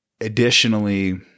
additionally